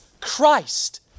Christ